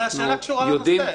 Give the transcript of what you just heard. אבל השאלה קשורה לנושא.